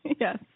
Yes